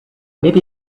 maybe